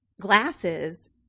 Glasses